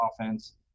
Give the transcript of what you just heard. offense